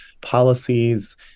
policies